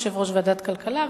יושב-ראש ועדת הכלכלה.